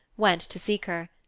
went to seek her.